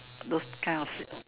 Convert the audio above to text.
those kind of